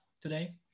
today